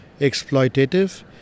exploitative